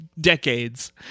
decades